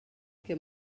que